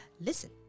listen